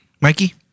Mikey